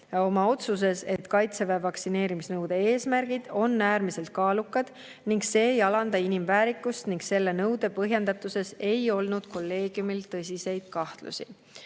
oma otsuses, et kaitseväe vaktsineerimisnõude eesmärgid on äärmiselt kaalukad ja see nõue ei alanda inimväärikust. Selle nõude põhjendatuses ei olnud kolleegiumil tõsiseid kahtlusi.